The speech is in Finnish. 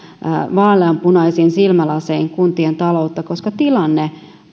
vaaleanpunaisin silmälasein kuntien taloutta koska tilanne